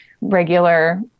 regular